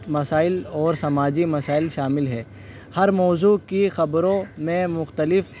مسائل اور سماجی مسائل شامل ہے ہر موضوع کی خبروں میں مختلف